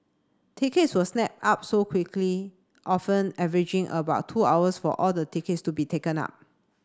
tickets were snapped up so quickly often averaging about two hours for all the tickets to be taken up